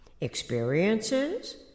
Experiences